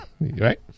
right